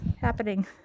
happening